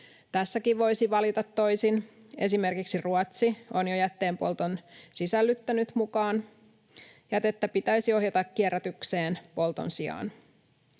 Tässäkin voisi valita toisin, esimerkiksi Ruotsi on jo jätteenpolton sisällyttänyt mukaan. Jätettä pitäisi ohjata kierrätykseen polton sijaan.